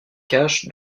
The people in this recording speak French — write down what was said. cash